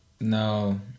No